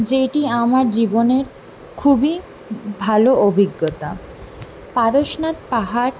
যেটি আমার জীবনের খুবই ভালো অভিজ্ঞতা পারশনাথ পাহাড়